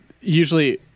usually